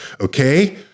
Okay